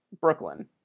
Brooklyn